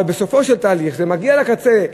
אבל בסופו של תהליך זה מגיע לקצה,